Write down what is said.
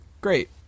Great